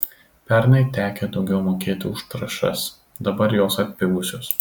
pernai tekę daugiau mokėti už trąšas dabar jos atpigusios